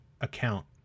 account